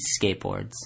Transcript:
Skateboards